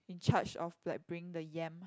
in charge of like bringing the yam